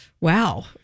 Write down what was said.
Wow